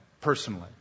personally